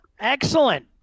Excellent